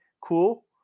cool